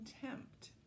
contempt